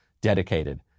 dedicated